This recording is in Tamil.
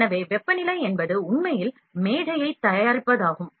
எனவே வெப்பநிலை என்பது உண்மையில் மேஜையத் தயாரிப்பதாகும்